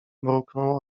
mruknął